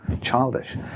childish